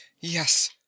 yes